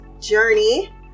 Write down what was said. journey